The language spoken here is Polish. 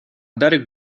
darek